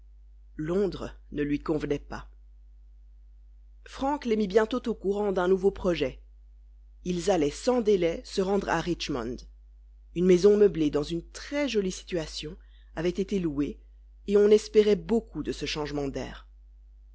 londres ne lui convenait pas frank les mit bientôt au courant d'un nouveau projet ils allaient sans délai se rendre à richmond une maison meublée dans une très jolie situation avait été louée et on espérait beaucoup de ce changement d'air